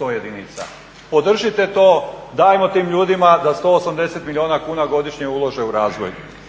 100 jedinica. Podržite to, dajmo tim ljudima da 180 milijuna kuna godišnje ulože u razvoj.